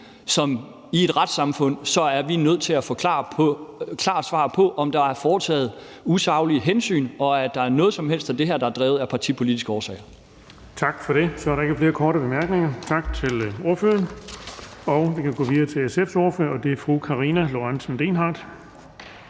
som vi i et retssamfund er nødt til at få klare svar på, nemlig om der har været taget usaglige hensyn, og om der er noget af det her, der har været drevet af partipolitiske årsager. Kl. 17:24 Den fg. formand (Erling Bonnesen): Tak for det. Så er der ikke flere korte bemærkninger. Tak til ordføreren. Vi kan gå videre til SF's ordfører, og det er fru Karina Lorentzen Dehnhardt.